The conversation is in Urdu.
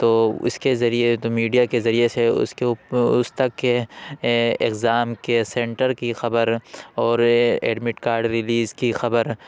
تو اس کے ذریعے تو میڈیا کے ذریعے سے اس کے اوپ اس تک کے ایگزام کے سنٹر کی خبر اور ایڈمٹ کارڈ ریلیز کی خبر